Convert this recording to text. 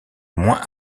moins